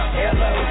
hello